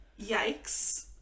yikes